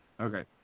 Okay